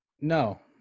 No